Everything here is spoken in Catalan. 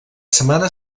setmana